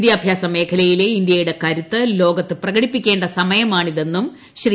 വിദ്യാഭ്യാസ മേഖലയിലെ ഇന്ത്യയുടെ കരുത്ത് ലോകത്ത് പ്രകടിപ്പിക്കേണ്ട സമയമാണിതെന്ന് ശ്രീ